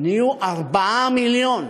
נהיו 4 מיליון.